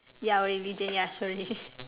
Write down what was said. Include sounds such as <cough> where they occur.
ya our religion ya sorry <laughs>